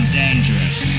dangerous